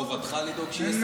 חובתך לדאוג שיהיה שר.